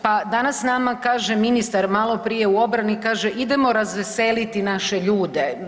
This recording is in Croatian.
Pa danas nama kaže ministar maloprije u obrani, kaže idemo razveseliti naše ljude.